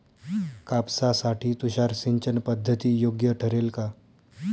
कापसासाठी तुषार सिंचनपद्धती योग्य ठरेल का?